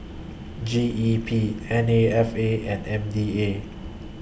G E P N A F A and M D A